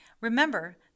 Remember